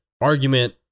argument